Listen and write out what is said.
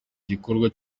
gikorwa